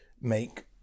make